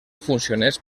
funcionés